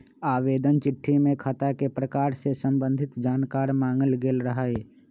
आवेदन चिट्ठी में खता के प्रकार से संबंधित जानकार माङल गेल रहइ